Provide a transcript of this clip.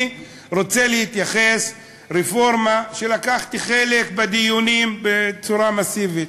אני רוצה להתייחס לרפורמה שלקחתי חלק בדיונים עליה בצורה מסיבית,